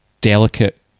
delicate